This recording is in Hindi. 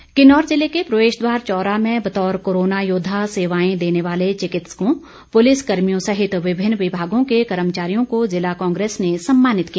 सम्मान किन्नौर ज़िले के प्रवेश द्वार चौरा में बतौर कोरोना योद्वा सेवाएं देने वाले चिकित्सकों पुलिस कर्मियों सहित विभिन्न विभागों के कर्मचारियों को जिला कांग्रेस ने सम्मानित किया